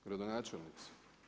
Gradonačelnici?